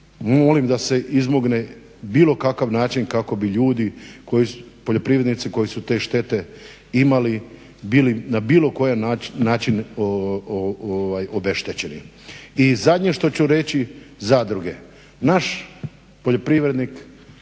molim da se izmogne bilo kakav način kako bi ljudi, poljoprivrednici koji su te štete imali bili na bilo koji načini obeštećeni. I zadnje što ću reći, zadruge. Naš poljoprivrednik